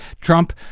Trump